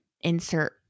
insert